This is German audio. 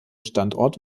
standort